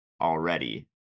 already